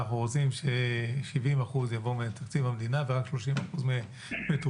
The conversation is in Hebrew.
אנחנו רוצים ש-70% יבוא מתקציב המדינה ורק 30% מתרומות.